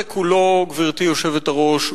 גברתי היושבת-ראש,